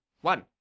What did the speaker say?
one